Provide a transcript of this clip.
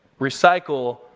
recycle